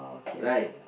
right